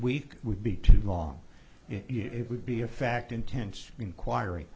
week would be too long it would be a fact intense inquiry